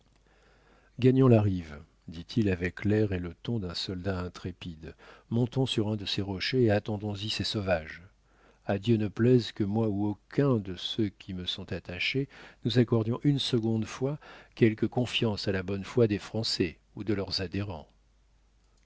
gagnons la rive dit-il avec l'air et le ton d'un soldat intrépide montons sur un de ces rochers et attendons y ces sauvages à dieu ne plaise que moi ou aucun de ceux qui me sont attachés nous accordions une seconde fois quelque confiance à la bonne foi des français ou de leurs adhérents